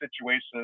situations